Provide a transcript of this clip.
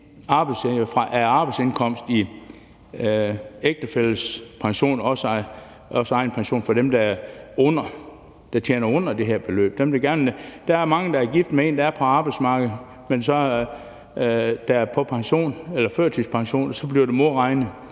arbejdsindkomst i ægtefælles pension, også i egenpension for dem, der tjener under det her beløb. Der er mange, der er gift med en, der er på arbejdsmarkedet, mens de selv er på førtidspension, og så bliver der modregnet